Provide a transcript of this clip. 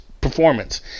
performance